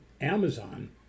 Amazon